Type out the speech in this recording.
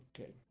Okay